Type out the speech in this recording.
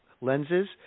lenses